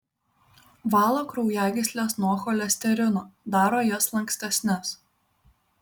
valo kraujagysles nuo cholesterino daro jas lankstesnes